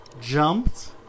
jumped